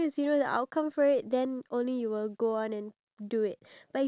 iya planning is very crucial and important